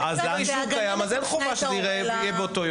אם האישור קיים, אין חובה שהוא יהיה באותו יום.